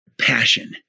passion